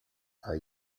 are